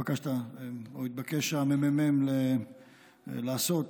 שהתבקש הממ"מ לעשות